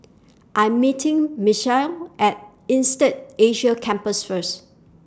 I'm meeting Misael At Insead Asia Campus First